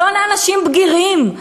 לא לאנשים בגירים.